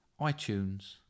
iTunes